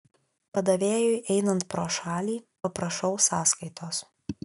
padavėjui einant pro šalį paprašau sąskaitos